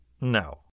No